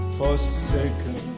forsaken